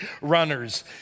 runners